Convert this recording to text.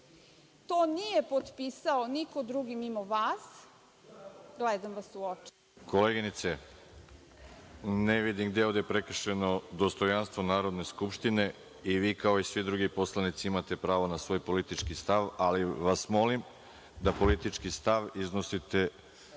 nije potpisao niko drugi mimo vas, gledam vas u oči. **Veroljub Arsić** Koleginice, ne vidim gde je ovde prekršeno dostojanstvo Narodne skupštine. I vi, kao i svi drugi narodni poslanici imate pravo na svoj politički stav, ali vas molim da politički stav iznosite